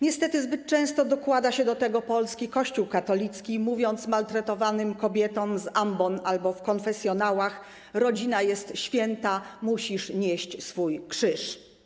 Niestety zbyt często dokłada się do tego polski Kościół katolicki, mówiąc maltretowanym kobietom z ambon albo w konfesjonałach: rodzina jest święta, musisz nieść swój krzyż.